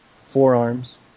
Forearms